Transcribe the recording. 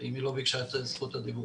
אם היא לא ביקשה את זכות הדיבור.